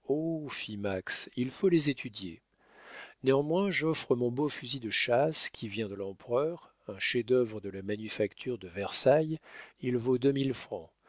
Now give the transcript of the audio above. il faut les étudier néanmoins j'offre mon beau fusil de chasse qui vient de l'empereur un chef-d'œuvre de la manufacture de versailles il vaut deux mille francs